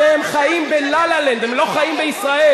אתם חיים ב"לה לה לנד", אתם לא חיים בישראל.